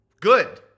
Good